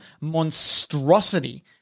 monstrosity